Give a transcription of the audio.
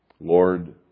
Lord